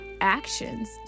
actions